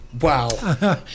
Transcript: Wow